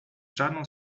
żadną